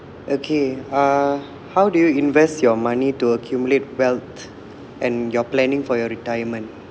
okay uh how do you invest your money to accumulate wealth and your planning for your retirement